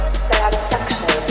satisfaction